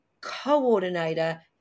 coordinator